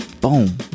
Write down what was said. Boom